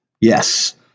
Yes